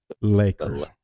Lakers